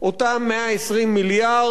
אותם 120 מיליארד,